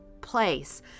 place